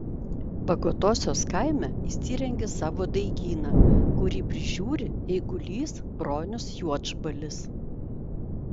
bagotosios kaime įsirengė savo daigyną kurį prižiūri eigulys bronius juodžbalis